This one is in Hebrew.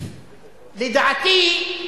לדעתי,